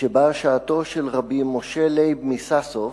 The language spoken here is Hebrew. כשבאה שעתו של רבי משה לייב מסאסוב,